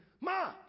Ma